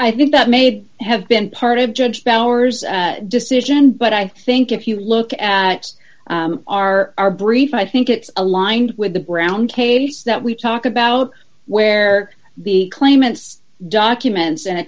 i think that maybe have been part of judge powers decision but i think if you look at our our brief i think it's aligned with the brown case that we talk about where the claimants documents and